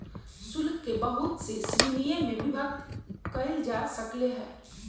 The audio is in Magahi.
शुल्क के बहुत सी श्रीणिय में विभक्त कइल जा सकले है